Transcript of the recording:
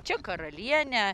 čia karalienė